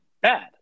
bad